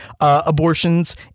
abortions